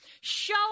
show